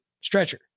stretcher